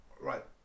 right